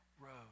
road